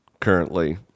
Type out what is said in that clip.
currently